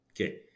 Okay